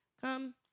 come